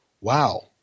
wow